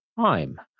time